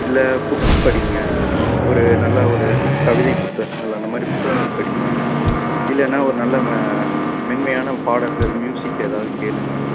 இல்லை புக்ஸ் படிங்க ஒரு நல்ல ஒரு கவிதை புத்தகங்கள் அந்தமாதிரி புத்தகங்கள் படிங்க இல்லைன்னா ஒரு நல்ல ம மென்மையான பாடல்கள் மியூசிக் எதாவது கேளுங்க